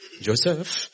Joseph